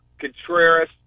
Contreras